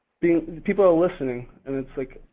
being people are listening and it's, like,